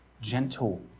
gentle